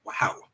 wow